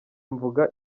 mvuga